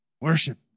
Worship